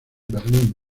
berlín